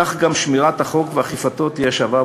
כך גם שמירת החוק ואכיפתו תהיה שווה,